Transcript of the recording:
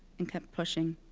and kept pushing.